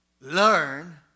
learn